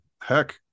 heck